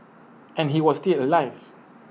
and he was still alive